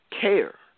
care